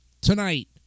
tonight